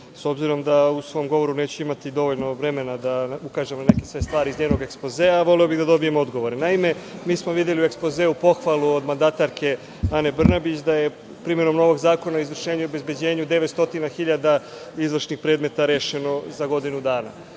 s obzirom da u svom govoru neću imati dovoljno vremena da ukažem na neke stvari iz njenog ekspozea, a voleo bih da dobijem odgovore. Naime, mi smo videli u ekspozeu pohvalu od mandatarke Ane Brnabić da je primenom novog Zakona o izvršenju i obezbeđenju 900.000 izvršnih predmeta rešeno za godinu dana.